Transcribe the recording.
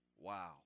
Wow